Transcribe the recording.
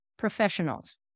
professionals